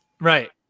right